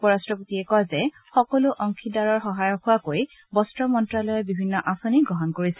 উপ ৰট্টপতিয়ে কয় যে সকলো অংশীদ্বাৰৰ সহায়ক হোৱাকৈ বস্ত্ৰ মন্ত্যালয়ে বিভিন্ন আঁচনি গ্ৰহণ কৰিছে